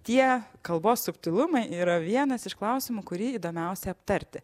tie kalbos subtilumai yra vienas iš klausimų kurį įdomiausia aptarti